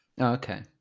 Okay